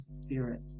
spirit